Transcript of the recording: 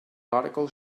article